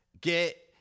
Get